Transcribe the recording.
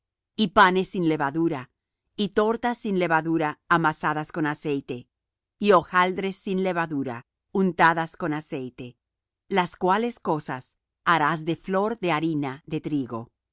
y panes sin levadura y tortas sin levadura amasadas con aceite y hojaldres sin levadura untadas con aceite las cuales cosas harás de flor de harina de trigo